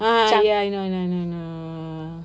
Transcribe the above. ah ya I know I know I know ah